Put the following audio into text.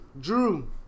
Drew